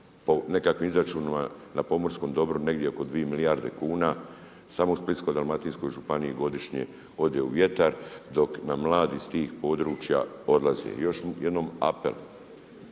po nekakvim izračunima na pomorskom dobru negdje oko 2 milijarde kuna. Samo u Splitsko-dalmatinskoj županiji godišnje ode u vjetar dok nam mladi s tih područja odlaze. Još jednom apel,